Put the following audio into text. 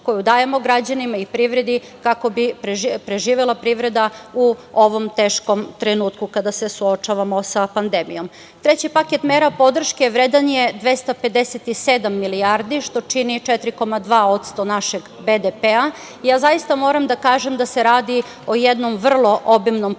koju dajemo građanima i privredi kako bi preživela privreda u ovom teškom trenutku kada se suočavamo sa pandemijom. Treći paket mera podrške vredan je 257 milijardi, što čini 4,2% našeg BDP. Zaista moram da kažem da se radi o jednom vrlo obimnom paketu